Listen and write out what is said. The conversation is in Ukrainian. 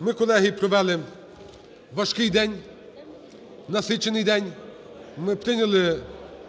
Ми, колеги, провели важкий день, насичений день, ми прийняли